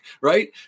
right